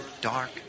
dark